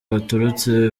baturutse